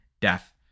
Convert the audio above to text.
death